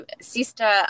sister